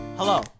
Hello